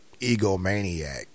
egomaniac